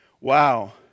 Wow